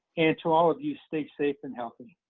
and to all of you, stay safe and healthy.